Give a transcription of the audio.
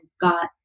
got